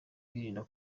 birinda